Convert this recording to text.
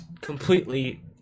completely